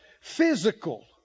physical